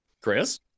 Chris